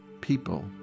people